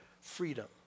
freedom